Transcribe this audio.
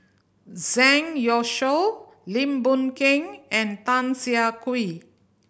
Zang Youshuo Lim Boon Keng and Tan Siah Kwee